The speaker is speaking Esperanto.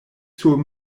sur